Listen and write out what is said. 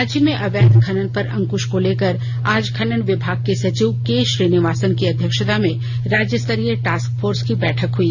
राज्य में अवैध खनन पर अंकुश को लेकर आज खनन विभाग के सचिव के श्रीनिवासन की अध्यक्षता में राज्यस्तरीय टास्क फोर्स की बैठक हई